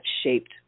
shaped